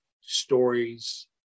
stories